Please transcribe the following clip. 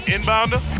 Inbounder